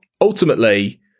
ultimately